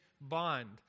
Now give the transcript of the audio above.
bond